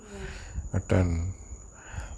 mm